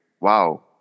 wow